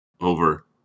over